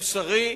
מוסרי,